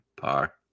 par